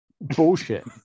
bullshit